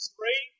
Three